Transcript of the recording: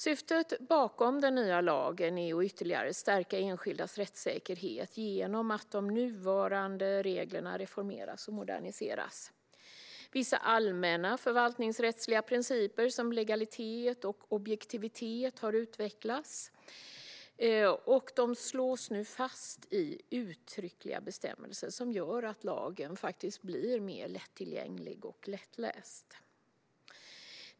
Syftet med den nya lagen är att ytterligare stärka enskildas rättssäkerhet genom att de nuvarande reglerna reformeras och moderniseras. Vissa allmänna förvaltningsrättsliga principer, som legalitet och objektivitet, har utvecklats. De slås nu fast i uttryckliga bestämmelser som gör att lagen blir mer lättillgänglig och lättläst.